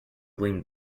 gleamed